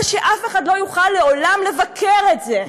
אבל שאף אחד לא יוכל לעולם לבקר את זה.